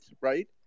right